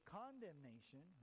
condemnation